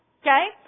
Okay